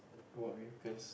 go out with girls